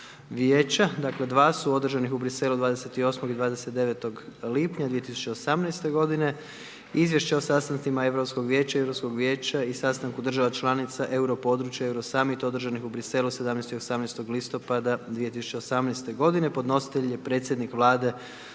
vijeća. Dakle dva su održanih u Bruxellesu 28. i 29. lipnja 2018. g. Izvješće o sastancima Europskog vijeća i Europskog vijeća i sastanku državnih članica Euro područje i Euro summit održanih u Bruxellesu 17. i 18. listopada 2018. g. Podnositelj je predsjednik Vlade